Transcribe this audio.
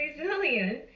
resilient